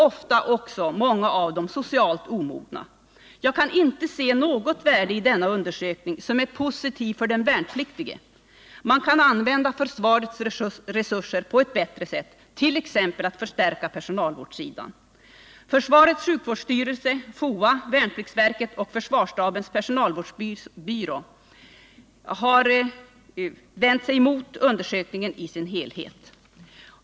Ofta är många av dem socialt omogna. Jag kan inte se något värde i denna undersökning som är positivt för den värnpliktige. Man kan använda försvarets resurser på ett bättre sätt, t.ex. för att förstärka personalvårdssidan. Försvarets sjukvårdsstyrelse, FOA, värnpliktsverket och försvarsstabens personalvårdsbyrå har vänt sig mot undersökningen i dess helhet.